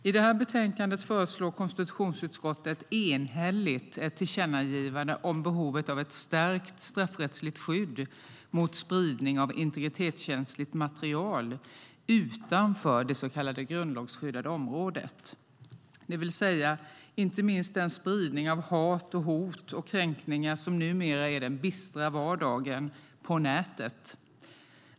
I det här betänkandet föreslår konstitutionsutskottet enhälligt ett tillkännagivande om behovet av ett stärkt straffrättsligt skydd mot spridning av integritetskänsligt material utanför det så kallade grundlagsskyddade området, det vill säga inte minst den spridning av hat och hot och kränkningar som numera är den bistra vardagen på nätet.